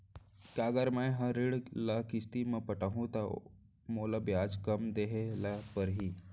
का अगर मैं हा ऋण ल किस्ती म पटाहूँ त मोला ब्याज कम देहे ल परही?